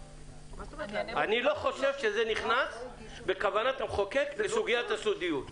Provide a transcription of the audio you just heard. אני לא חושב שזה נכנס בכוונת המחוקק לסוגיית הסודיות.